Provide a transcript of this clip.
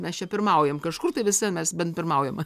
mes čia pirmaujam kažkur tai vis vien mes bent pirmaujam